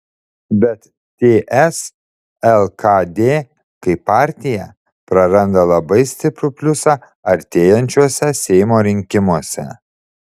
bet ts lkd kaip partija praranda labai stiprų pliusą artėjančiuose seimo rinkimuose